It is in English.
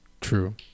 true